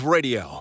Radio